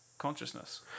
consciousness